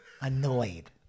annoyed